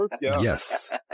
Yes